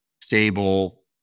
stable